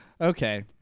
Okay